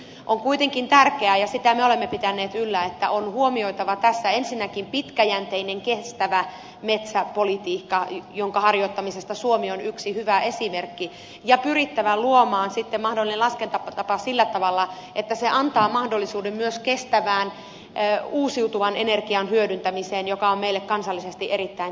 on kuitenkin tärkeää ja sitä me olemme pitäneet yllä että on huomioitava tässä ensinnäkin pitkäjänteinen kestävä metsäpolitiikka jonka harjoittamisesta suomi on yksi hyvä esimerkki ja pyrittävä luomaan sitten mahdollinen laskentatapa sillä tavalla että se antaa mahdollisuuden myös kestävään uusiutuvan energian hyödyntämiseen joka on meille kansallisesti erittäin tärkeää